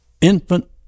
infant